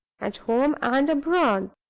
at home and abroad.